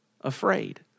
afraid